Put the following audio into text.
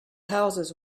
houses